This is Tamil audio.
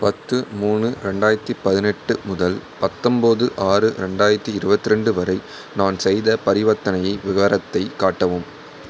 பத்து மூணு ரெண்டாயிரத்தி பதினெட்டு முதல் பத்தொம்போது ஆறு ரெண்டாயிரத்தி இருபத்ரெண்டு வரை நான் செய்த பரிவர்த்தனை விவரத்தை காட்டவும்